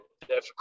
difficult